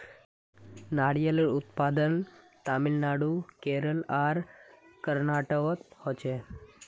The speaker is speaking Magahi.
नारियलेर उत्पादन तामिलनाडू केरल आर कर्नाटकोत होछे